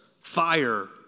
fire